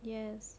yes